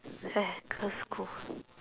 girls' school